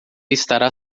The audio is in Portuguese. estará